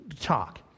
talk